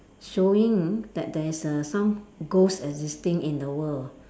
showing that there is err some ghost existing in the world